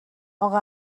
اقا